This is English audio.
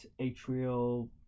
atrial